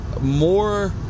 more